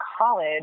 college